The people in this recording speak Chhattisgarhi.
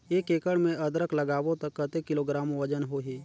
एक एकड़ मे अदरक लगाबो त कतेक किलोग्राम वजन होही?